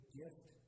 gift